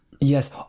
yes